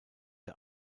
der